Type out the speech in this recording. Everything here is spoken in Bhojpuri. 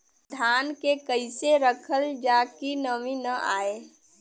धान के कइसे रखल जाकि नमी न आए?